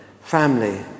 family